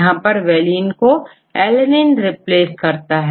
यहां पर वैलीन को alanine रिप्लेस कर देता है